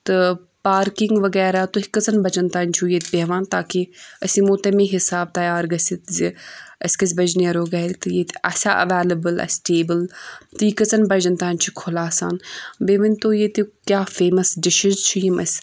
تہٕ پارکِنٛگ وغیرہ تُہۍ کٔژَن بَجیٚن تانۍ چھُو ییٚتہِ بیٚہوان تاکہِ أسۍ یِمو تَمے حِساب تَیار گٔژھِتھ زِ أسۍ کٔژۍ بَجہِ نیرو گھرِ تہٕ ییٚتہِ آسہِ ہا ایٚویلیبٕل اسہِ ٹیبٕل تہٕ یہِ کٔژَن بَجیٚن تانۍ چھُ کھُلہٕ آسان بیٚیہِ ؤنۍ تو ییٚتیٛک کیٛاہ فیمَس ڈِشِز چھِ یِم اسہِ